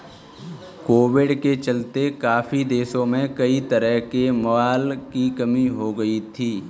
Covid के चलते काफी देशों में कई तरह के माल की कमी हो गई थी